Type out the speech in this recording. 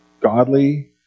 godly